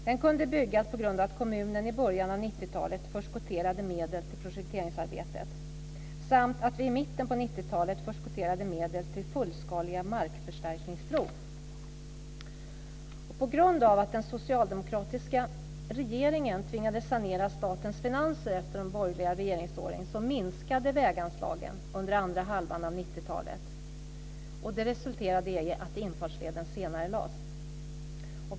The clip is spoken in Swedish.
Den kunde byggas på grund av att kommunen i början av 90-talet förskotterade medel till projekteringsarbete och i mitten av 90-talet förskotterade medel till fullskaliga markförstärkningsprov. På grund av att den socialdemokratiska regeringen tvingades sanera statens finanser efter de borgerliga regeringsåren minskade väganslagen under andra hälften av 90-talet, och det resulterade i att infartsleden senarelades.